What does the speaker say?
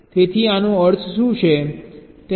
તેથી આનો અર્થ શું છે